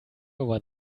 over